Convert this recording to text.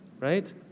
right